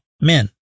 men